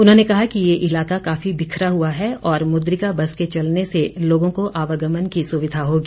उन्होंने कहा कि ये इलाका काफी बिखरा हुआ है और मुद्रिका बस के चलने से लोगों को आवागमन की सुविधा होगी